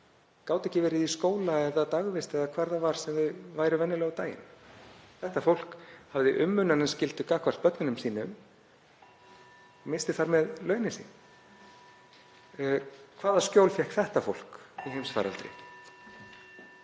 gátu ekki verið í skóla eða dagvist eða hvar það var sem þau voru venjulega á daginn. Þetta fólk hafði umönnunarskyldu gagnvart börnunum sínum og missti þar með launin sín. Hvaða skjól fékk þetta fólk í heimsfaraldri?